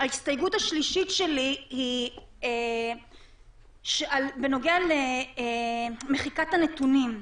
ההסתייגות השלישית שלי היא בנוגע למחיקת הנתונים.